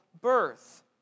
birth